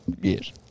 yes